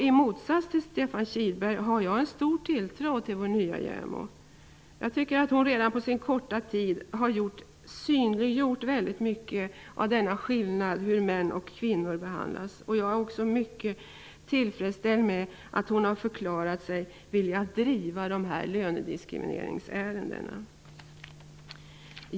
I motsats till Stefan Kihlberg har jag stor tilltro till vår nya JämO. Jag tycker att hon redan nu har synliggjort väldigt mycket av skillnaden mellan hur män och kvinnor behandlas. Jag känner också stor tillfredsställelse över att hon har förklarat sig villig att driva lönediskrimineringsärendena.